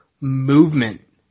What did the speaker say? movement